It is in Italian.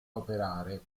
operare